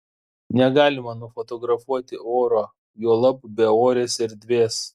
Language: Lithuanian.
negalima nufotografuoti oro juolab beorės erdvės